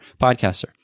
podcaster